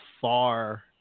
far